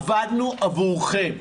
עבדנו עבורכם,